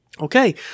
okay